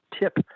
tip